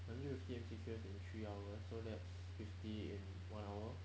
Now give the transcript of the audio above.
hundred and fifty M_C_Q as in three hours so that's fifty in one hour